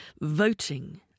voting